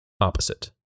opposite